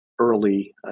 early